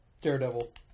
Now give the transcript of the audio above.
Daredevil